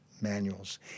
manuals